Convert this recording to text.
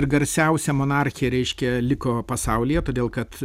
ir garsiausia monarchė reiškia liko pasaulyje todėl kad